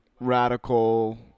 radical